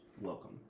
Welcome